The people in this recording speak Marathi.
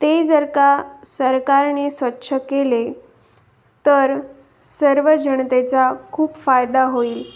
ते जर का सरकारने स्वच्छ केले तर सर्व जनतेचा खूप फायदा होईल